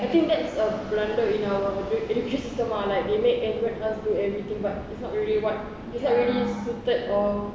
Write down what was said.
I think that's a blunder in our education system ah like they make everyone else do everything but it's not really what it's not really suited or